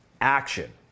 action